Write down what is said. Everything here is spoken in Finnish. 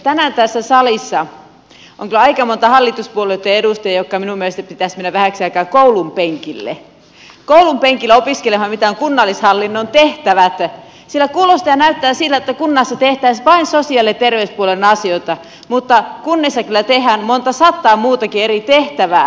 tänään tässä salissa on kyllä aika monta hallituspuolueitten edustajaa joiden minun mielestäni pitäisi mennä vähäksi aikaa koulunpenkille opiskelemaan mitkä ovat kunnallishallinnon tehtävät sillä kuulostaa ja näyttää siltä että kunnissa tehtäisiin vain sosiaali ja terveyspuolen asioita mutta kunnissa tehdään kyllä monta sataa muutakin eri tehtävää